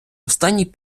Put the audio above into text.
останній